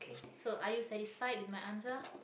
so are you satisfied with my answer